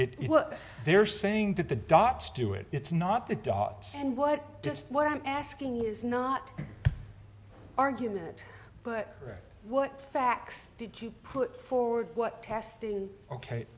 it well they're saying that the dots do it it's not the dots and what does what i'm asking is not argument but what facts did you put forward what testing ok